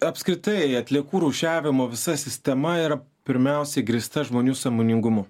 apskritai atliekų rūšiavimo visa sistema yra pirmiausiai grįsta žmonių sąmoningumu